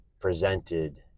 presented